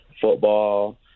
football